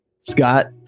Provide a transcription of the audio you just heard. Scott